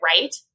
right